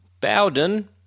Bowden